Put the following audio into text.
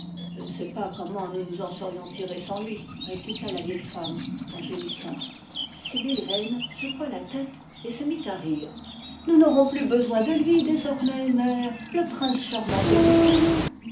je ne sais pas comment nous nous en serions tirés sans lui répliqua la vieille femme en gémissant sibyl vane secoua la tête et se mit à rire nous n'aurons plus besoin de lui désormais mère le prince charmant s'occupe de nous